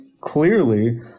clearly